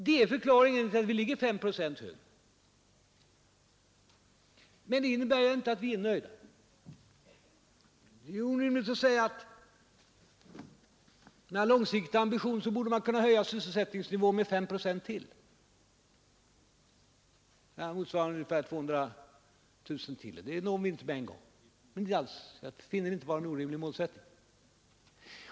Det är förklaringen till att sysselsättningen här blir 5 procent högre än i andra länder. Men detta innebär inte att vi är nöjda. Med en långsiktig ambition borde man kunna höja sysselsättningsnivån med 5 procent till, motsvarande ungefär 200 000 människor. Jag finner inte det vara en orimlig målsättning.